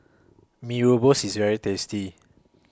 Mee Rebus IS very tasty